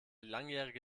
langjährige